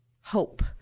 Hope